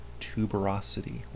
tuberosity